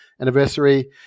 anniversary